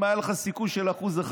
אם היה לך סיכוי של 1%,